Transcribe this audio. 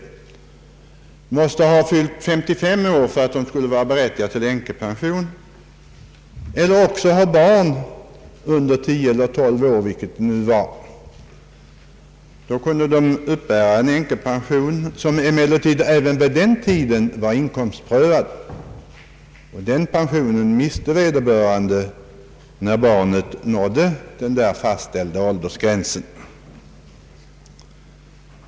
De måste ha fyllt 55 år för att vara berättigade till änkepension eller ha barn under tio eller möjligen tolv år. Då kunde de uppbära en änkepension som emellertid även då var inkomstprövad. Den pensionen miste vederbörande när barnet uppnådde den fastställda åldersgränsen.